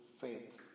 faith